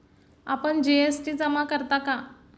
आपण जी.एस.टी जमा करता का?